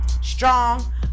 Strong